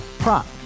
Prop